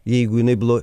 jeigu jinai blo